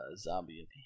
zombie